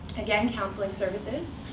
again, counseling services,